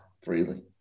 freely